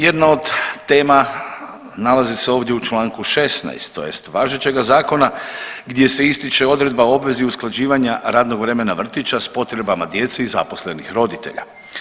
Jedna od tema nalazi se ovdje u članku 16. tj. važećega zakona gdje se ističe odredba o obvezi usklađivanja radnog vremena vrtića sa potrebama djece i zaposlenih roditelja.